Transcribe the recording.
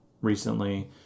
recently